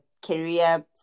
career